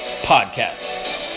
podcast